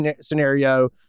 scenario